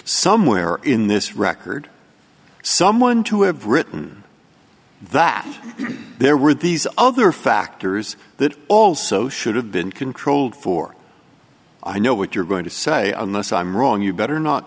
somewhere in this record someone to have written that there were these other factors that also should have been controlled for i know what you're going to say unless i'm wrong you better not